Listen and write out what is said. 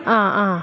ആ ആ